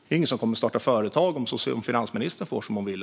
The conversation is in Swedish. Det är ingen som kommer att starta företag om finansministern får som hon vill.